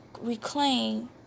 reclaim